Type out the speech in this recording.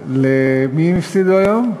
למי הם הפסידו היום?